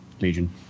Legion